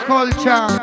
Culture